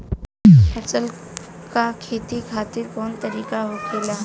फसल का खेती खातिर कवन तरीका होखेला?